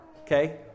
Okay